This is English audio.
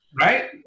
right